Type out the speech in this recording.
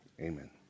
Amen